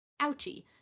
Ouchie